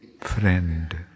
friend